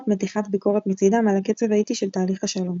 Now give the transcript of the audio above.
מתיחת ביקורת מצידם על "הקצב האיטי של תהליך השלום".